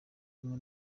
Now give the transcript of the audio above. kumwe